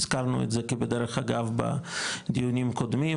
הזכרנו את זה כבדרך אגב בדיונים קודמים